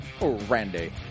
Randy